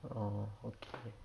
orh okay